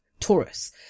taurus